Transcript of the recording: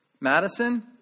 Madison